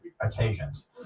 occasions